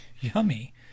yummy